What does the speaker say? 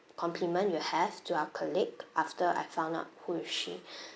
compliment you have to our colleague after I found out who is she